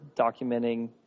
documenting